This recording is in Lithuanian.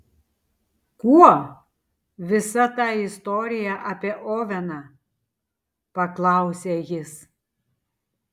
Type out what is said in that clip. kuo visa ta istorija apie oveną paklausė jis